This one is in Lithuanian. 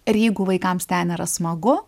ir jeigu vaikams ten yra smagu